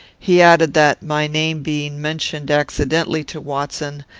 he added that, my name being mentioned accidentally to watson,